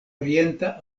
orienta